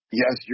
yes